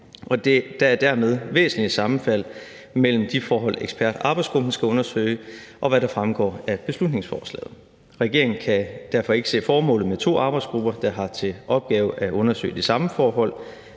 der er dermed væsentlige sammenfald mellem de forhold, som ekspertarbejdsgruppen skal undersøge, og hvad der fremgår af beslutningsforslaget. Regeringen kan derfor ikke se formålet med to arbejdsgrupper, der har til opgave at undersøge det samme forhold.